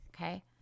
okay